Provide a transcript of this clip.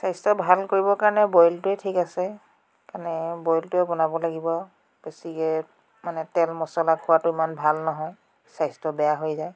স্বাস্থ্য ভাল কৰিবৰ কাৰণে বইলটোৱে ঠিক আছে বইলটোৱে বনাব লাগিব আৰু বেছিকৈ মানে তেল মছলা খোৱাটো ইমান ভাল নহয় স্বাস্থ্য বেয়া হৈ যায়